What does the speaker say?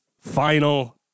final